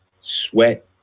sweat